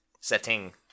setting